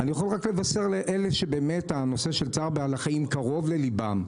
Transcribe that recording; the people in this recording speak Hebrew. אני יכול רק לבשר לאלה שהנושא של צער בעלי חיים קרוב לליבם,